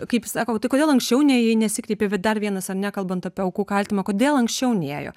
kaip sako tai kodėl anksčiau nėjai nesikreipei dar vienas ar ne kalbant apie aukų kaltinimą kodėl anksčiau nėjo